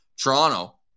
Toronto